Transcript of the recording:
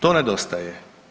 To nedostaje.